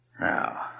Now